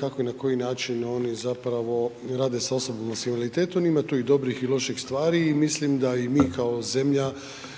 kako i na koji način oni zapravo rade s osobama s invaliditetom, ima tu i dobrih i loših stvari i mislim da i mi kao zemlja